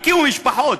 הקימו משפחות,